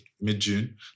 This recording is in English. Mid-June